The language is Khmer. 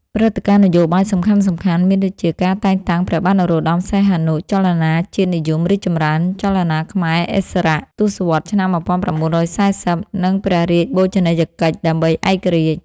ព្រឹត្តិការណ៍នយោបាយសំខាន់ៗ មានដូចជា ការតែងតាំងព្រះបាទនរោត្ដម សីហនុ ចលនាជាតិនិយមរីកចម្រើន ចលនាខ្មែរឥស្សរៈ ទសវត្សរ៍ឆ្នាំ១៩៤០ និងព្រះរាជបូជនីយកិច្ចដើម្បីឯករាជ្យ ។